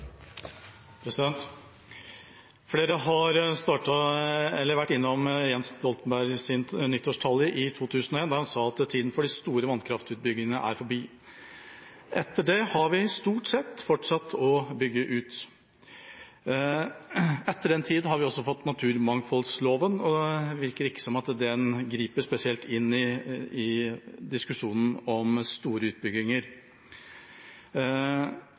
har en taletid på inntil 3 minutter. Flere har vært innom Jens Stoltenbergs nyttårstale i 2001, da han sa at tida for de store vannkraftutbyggingene er forbi. Etter det har vi stort sett fortsatt å bygge ut. Etter den tid har vi også fått naturmangfoldloven, og det virker ikke som om den griper spesielt inn i diskusjonen om store utbygginger.